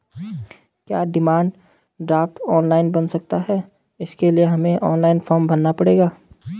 क्या demand draft online बन सकता है इसके लिए हमें ऑनलाइन फॉर्म भरना पड़ेगा?